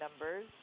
numbers